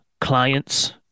clients